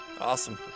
Awesome